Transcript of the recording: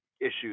issues